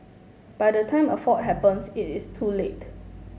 by the time a fault happens it is too late